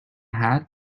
hat